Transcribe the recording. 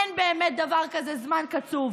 אין באמת דבר כזה זמן קצוב,